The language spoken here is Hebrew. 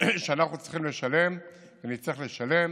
שאנחנו צריכים לשלם ונצטרך לשלם